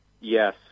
Yes